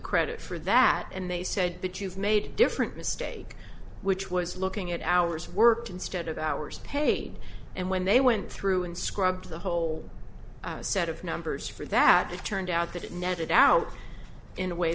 credit for that and they said that you've made different mistake which was looking at hours worked instead of hours paid and when they went through and scrub the whole set of numbers for that it turned out that it netted out in a way